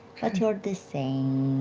you're the same.